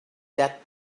that